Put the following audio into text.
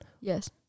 yes